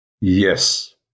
Yes